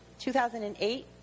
2008